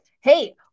Hey